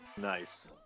Nice